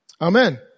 Amen